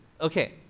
Okay